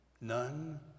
none